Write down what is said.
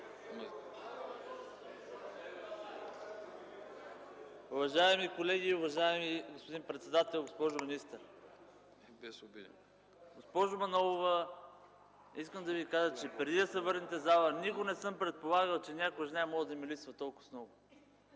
Уважаеми колеги, уважаеми господин председател, госпожо министър! Госпожо Манолова, искам да Ви кажа, че преди да се върнете в залата, никога не съм предполагал, че някоя жена може да ми липсва толкова много.